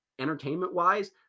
Entertainment-wise